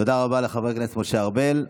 תודה רבה לחבר הכנסת משה ארבל.